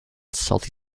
salty